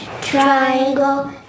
triangle